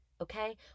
Okay